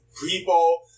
people